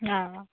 অঁ